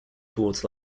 towards